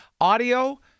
audio